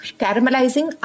caramelizing